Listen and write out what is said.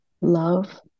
love